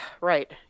right